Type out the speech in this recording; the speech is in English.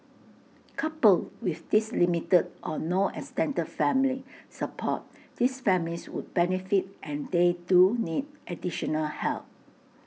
coupled with this limited or no extended family support these families would benefit and they do need additional help